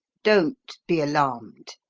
don't be alarmed.